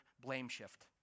blame-shift